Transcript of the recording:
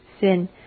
sin